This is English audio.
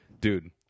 Dude